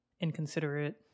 inconsiderate